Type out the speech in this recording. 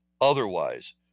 otherwise